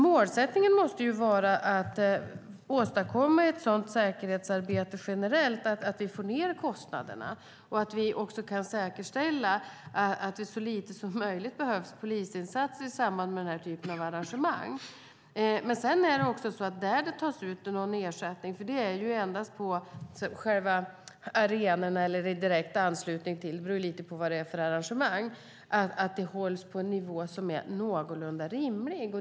Målsättningen måste vara att åstadkomma ett sådant säkerhetsarbete att vi får ned kostnaderna och att vi kan säkerställa att det så lite som möjligt behövs polisinsatser i samband med den här typen av arrangemang. Sedan är det också så att där det tas ut ersättning - det är endast på själva arenorna eller i direkt anslutning till dem, och det beror på vad det är för typ av arrangemang - ska den hållas på en någorlunda rimlig nivå.